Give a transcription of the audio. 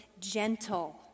gentle